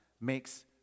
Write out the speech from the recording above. makes